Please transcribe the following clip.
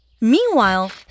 Meanwhile